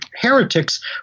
heretics